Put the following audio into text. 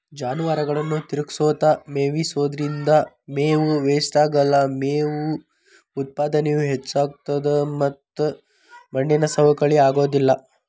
ಜಾನುವಾರುಗಳನ್ನ ತಿರಗಸ್ಕೊತ ಮೇಯಿಸೋದ್ರಿಂದ ಮೇವು ವೇಷ್ಟಾಗಲ್ಲ, ಮೇವು ಉತ್ಪಾದನೇನು ಹೆಚ್ಚಾಗ್ತತದ ಮತ್ತ ಮಣ್ಣಿನ ಸವಕಳಿ ಆಗೋದಿಲ್ಲ